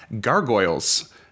Gargoyles